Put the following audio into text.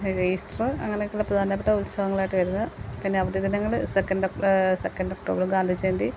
Easter അങ്ങനെയൊക്കെ ഉള്ള പ്രധാനപ്പെട്ട ഉത്സവങ്ങളായിട്ട് വരുന്നത് പിന്നെ അവധി ദിനങ്ങൾ second second October Gandhi Jayanti